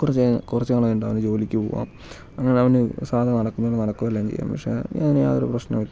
കുറച്ച് കുറച്ച് നാൾ കഴിഞ്ഞിട്ട് അവന് ജോലിക്ക് പോവാം അങ്ങനെ അവന് സാദാ നടക്കുന്നത് പോലെ നടക്കുകയും എല്ലാം ചെയ്യാം പക്ഷേ അതിന് യാതൊരു പ്രശ്നവും ഇല്ല